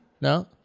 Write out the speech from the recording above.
No